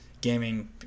gaming